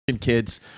kids